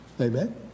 Amen